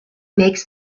makes